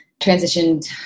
transitioned